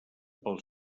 pel